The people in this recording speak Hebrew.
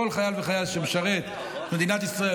כל חייל וחייל שמשרת את מדינת ישראל,